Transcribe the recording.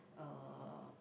uh